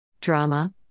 Drama